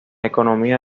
economía